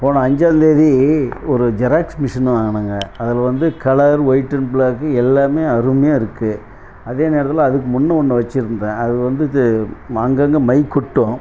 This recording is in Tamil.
போன அஞ்சாம்தேதி ஒரு ஜெராக்ஸ் மிஷின் வாங்கினேங்க அது வந்து கலர் ஒய்ட் அண்ட் ப்ளாக் எல்லாமே அருமையாக இருக்குது அதே நேரத்தில் அதுக்கு முன்னே ஒன்று வச்சுருந்தேன் அது வந்து இது அங்கங்கே மை கொட்டும்